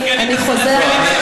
אני חוזרת,